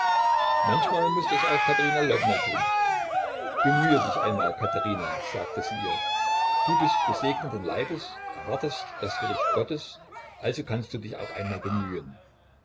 manchmal mußte es auch katerina lwowna tun bemühe dich einmal katerina sagte sie ihr du bist gesegneten leibes erwartest das gericht gottes also kannst du dich auch einmal bemühen